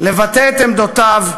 לבטא את עמדותיו,